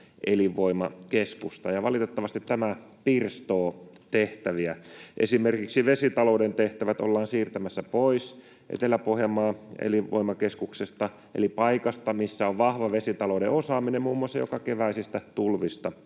elinvoimakeskusta, ja valitettavasti tämä pirstoo tehtäviä. Esimerkiksi vesitalouden tehtävät ollaan siirtämässä pois Etelä-Pohjanmaan elinvoimakeskuksesta eli paikasta, missä on vahva vesitalouden osaaminen muun muassa jokakeväisistä tulvista